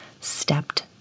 stepped